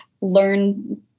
learn